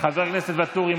חבר הכנסת ואטורי,